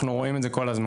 אנחנו רואים את זה כל הזמן.